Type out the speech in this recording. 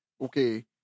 Okay